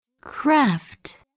Craft